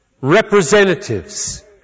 representatives